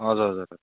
हजुर हजुर